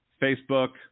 Facebook